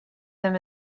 them